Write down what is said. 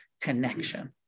connection